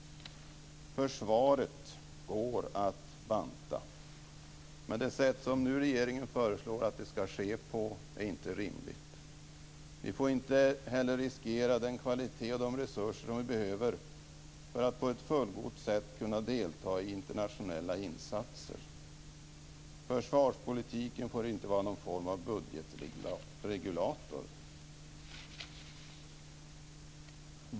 Försvaret går att banta. Men det sätt som regeringen nu föreslår att det skall ske på är inte rimligt. Vi får inte heller riskera den kvalitet och de resurser som vi behöver för att på ett fullgott sätt kunna delta i internationella insatser. Försvarspolitiken får inte vara någon form av budgetregulator.